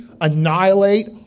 annihilate